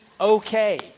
okay